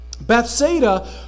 Bethsaida